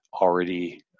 already